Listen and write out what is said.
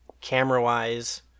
camera-wise